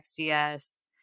XDS